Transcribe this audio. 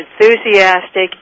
enthusiastic